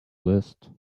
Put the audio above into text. list